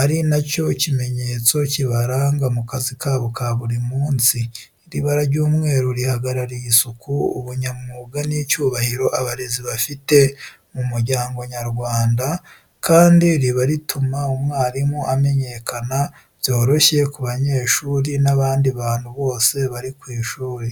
ari nacyo kimenyetso kibaranga mu kazi kabo ka buri munsi. Iri bara ry’umweru rihagarariye isuku, ubunyamwuga n’icyubahiro abarezi bafite mu muryango nyarwanda. Kandi, riba rituma umwarimu amenyekana byoroshye ku banyeshuri n’abandi bantu bose bari ku ishuri.